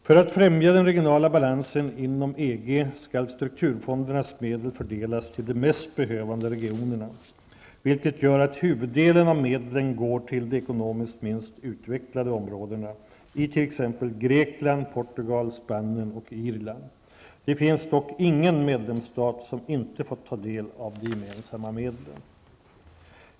För att främja den regionala balansen inom EG skall strukturfondernas medel fördelas till de mest behövande regionerna, vilket gör att huvuddelen av medlen går till de ekonomiskt minst utvecklade områdena i t.ex. Grekland, Portugal, Spanien och Irland. Det finns dock ingen medlemsstat som inte fått ta del av de gemensamma medlen.